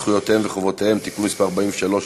זכויותיהם וחובותיהם (תיקון מס' 43),